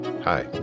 Hi